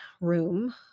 room